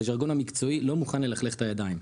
בז'רגון המקצועי לא מוכן ללכלך את הידיים,